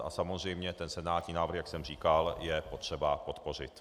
A samozřejmě ten senátní návrh, jak jsem říkal, je potřeba podpořit.